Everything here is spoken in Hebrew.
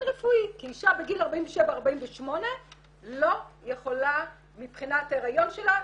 רפואי כי אישה בגיל 48-47 לא יכולה מבחינת הריון שלה,